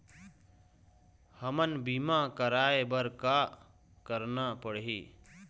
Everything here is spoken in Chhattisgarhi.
हमन बीमा कराये बर का करना पड़ही?